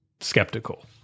skeptical